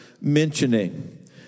mentioning